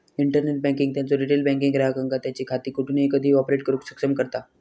internet banking त्यांचो retail banking ग्राहकांका त्यांची खाती कोठूनही कधीही ऑपरेट करुक सक्षम करता